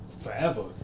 Forever